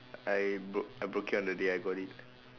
I broke I broke it on the day I got it